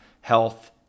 health